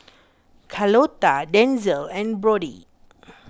Carlota Denzil and Brody